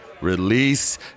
Release